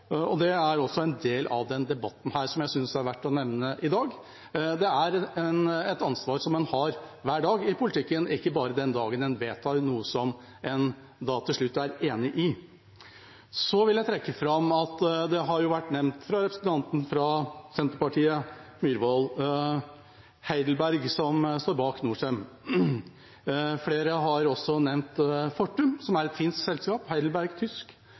Det er også en del av denne debatten som jeg synes det er verdt å nevne i dag. Det er et ansvar en har hver dag i politikken, ikke bare den dagen en vedtar noe som en til slutt er enig i. Så vil jeg trekke fram at representanten Myhrvold fra Senterpartiet har nevnt HeidelbergCement, som står bak Norcem. Flere har også nevnt Fortum, som er et finsk selskap. HeidelbergCement er tysk.